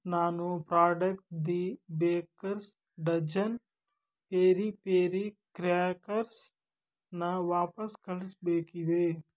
ನಾನು product the bakers dozen peri peri ಕ್ರ್ಯಾಕರ್ಸ್ನ ವಾಪಸ್ಸು ಕಳಿಸ್ಬೇಕಿದೆ